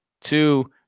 two